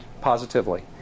positively